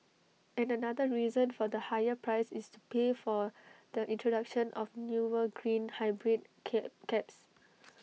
and another reason for the higher price is to pay for the introduction of newer green hybrid cab cabs